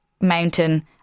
mountain